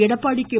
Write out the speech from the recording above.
Edappadi K